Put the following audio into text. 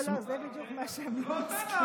לא לא לא, זה בדיוק מה שהם לא מסכימים.